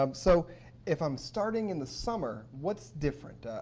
um so if i'm starting in the summer, what's different?